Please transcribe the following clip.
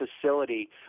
facility